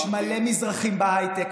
יש מלא מזרחים בהייטק,